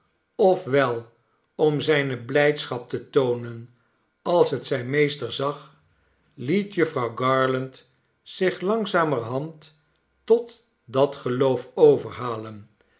wel om zijne blijdschap te toonen als het zijn meester zag liet jufvouw garland zich langzamerhand tot dat geloof overhalen